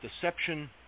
deception